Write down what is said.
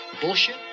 Bullshit